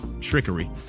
trickery